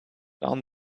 down